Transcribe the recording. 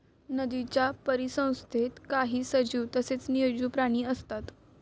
नदीच्या परिसंस्थेत काही सजीव तसेच निर्जीव प्राणी असतात